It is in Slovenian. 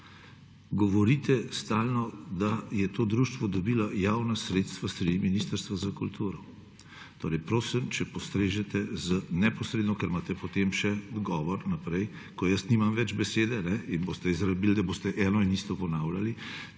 govorite stalno, da je to društvo dobilo javna sredstva s strani Ministrstva za kulturo. Prosim, če postrežeteneposredno, ker imate potem še govor naprej, ko jaz nimam več besede in boste izrabili, da boste eno in isto ponavljali,